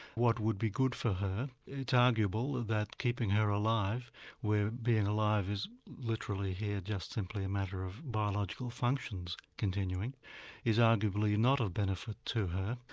what would be good for her. it's arguable that keeping her alive where being alive is literally here just simply a matter of biological functions continuing is arguably not of benefit to her.